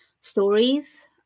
stories